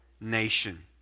nation